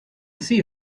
see